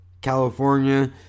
California